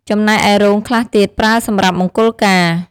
ចំណែកឯរោងខ្លះទៀតប្រើសម្រាប់មង្គលការ